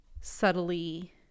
subtly